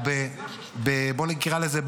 או בוא נקרא לזה,